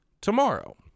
tomorrow